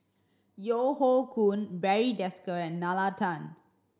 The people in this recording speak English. Yeo Hoe Koon Barry Desker and Nalla Tan